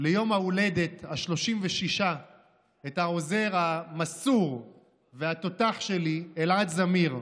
ליום ההולדת ה-36 את העוזר המסור והתותח שלי אלעד זמיר,